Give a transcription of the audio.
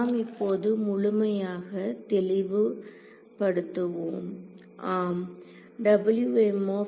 நாம் இப்போது முழுமையாக தெளிவு படுத்துவோம் ஆம்